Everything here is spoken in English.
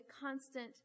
constant